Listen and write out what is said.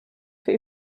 für